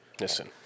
Listen